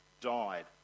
died